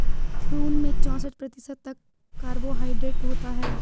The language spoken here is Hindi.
प्रून में चौसठ प्रतिशत तक कार्बोहायड्रेट होता है